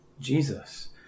jesus